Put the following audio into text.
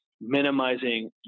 minimizing